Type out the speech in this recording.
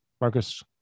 Marcus